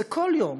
כל יום